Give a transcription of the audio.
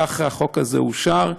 כך החוק הזה אושר,